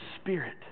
Spirit